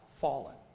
Fallen